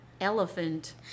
Elephant